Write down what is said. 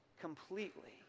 completely